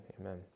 amen